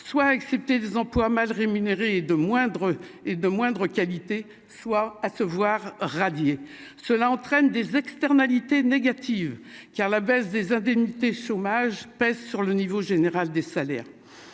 soit accepter des emplois mal rémunérés de moindre et de moindre qualité, soit à se voir radier, cela entraîne des externalités négatives car la baisse des indemnités chômage pèse sur le niveau général des salaires,